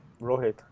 Rohit